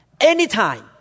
anytime